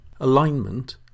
Alignment